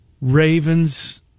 Ravens